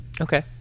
Okay